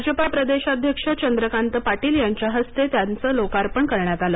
भाजपा प्रदेशाध्यक्ष चंद्रकांत पाटील यांच्या हस्ते त्यांचं लोकार्पण करण्यात आले